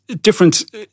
different